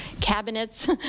cabinets